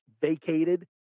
vacated